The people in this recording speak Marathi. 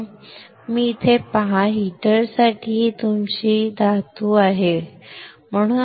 तुम्ही इथे पहा हीटरसाठी ही तुमची धातू आहे बरोबर